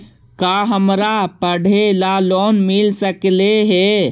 का हमरा पढ़े ल लोन मिल सकले हे?